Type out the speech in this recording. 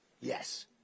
yes